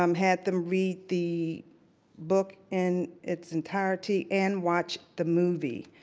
um had them read the book in its entirety and watch the movie.